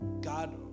God